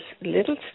little